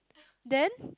then